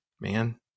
man